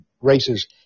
races